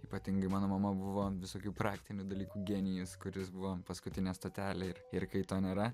ypatingai mano mama buvo visokių praktinių dalykų genijus kuris buvo paskutinė stotelė ir ir kai to nėra